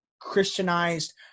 Christianized